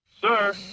Sir